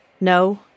No